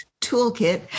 toolkit